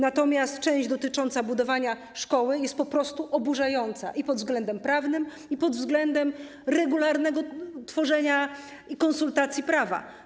Natomiast część dotycząca budowania szkoły jest po prostu oburzająca i pod względem prawnym, i pod względem regularnego tworzenia i konsultacji prawa.